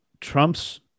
Trump's